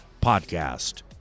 Podcast